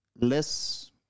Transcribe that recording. less